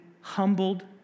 humbled